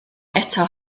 eto